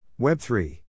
Web3